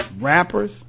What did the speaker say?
rappers